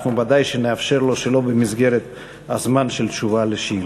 אנחנו ודאי נאפשר לו שלא במסגרת הזמן של תשובה על שאילתה.